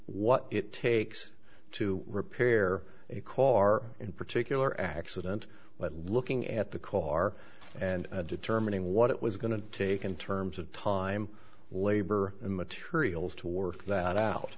what it takes to repair a quar in particular accident but looking at the car and determining what it was going to take in terms of time labor and materials to work that out